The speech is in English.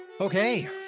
Okay